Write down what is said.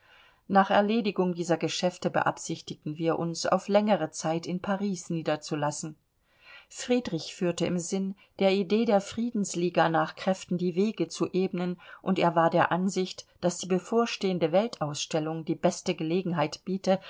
nach erledigung dieser geschäfte beabsichtigten wir uns auf längere zeit in paris niederzulassen friedrich führte im sinn der idee der friedensliga nach kräften die wege zu ebnen und er war der ansicht daß die bevorstehende weltausstellung die beste gelegenheit biete